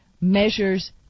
measures